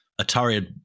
Atari